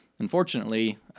Unfortunately